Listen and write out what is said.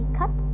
cut